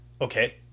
Okay